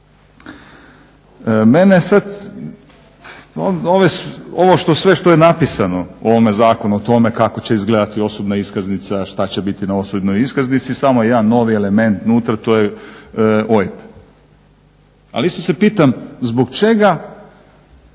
Mene sad, ovo sve što je napisano u ovome zakonu o tome kako će izgledati osobna iskaznica, šta će biti na osobnoj iskaznici samo je jedan novi element nutra. To je OIB. Ali isto se pitam zbog čega